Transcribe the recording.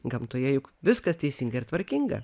gamtoje juk viskas teisinga ir tvarkinga